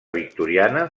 victoriana